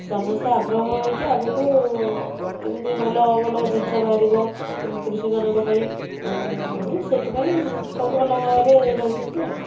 ସମସ୍ତେ ଆଗ୍ରହ ହେଇକି ଆଗକୁ କେମିତି ଭଲ ଭଲ ଜିନିଷ ବାହାରିବ କୃଷିମାନଙ୍କ ପାଇଁ ସେଥିପାଇଁ ସବୁ ଭଲରେ ରହିଛନ୍ତି ଆଉ